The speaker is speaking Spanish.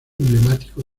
emblemático